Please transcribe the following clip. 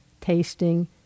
tasting